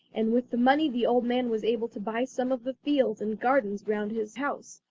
and with the money the old man was able to buy some of the fields and gardens round his house,